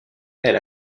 elle